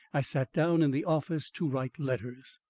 i sat down in the office to write letters.